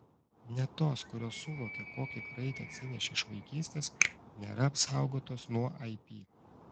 net tos kurios suvokia kokį kraitį atsinešė iš vaikystės nėra apsaugotos nuo ip